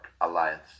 alliance